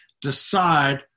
decide